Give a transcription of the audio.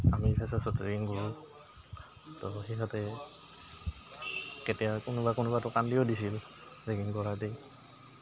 আমি ফেছাৰ্চত ৰেগিং কৰো তো সিহঁতে তেতিয়া কোনোবা কোনোবাটো কান্দিও দিছিল ৰেগিং কৰা দি